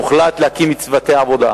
הוחלט להקים צוותי עבודה.